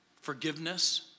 forgiveness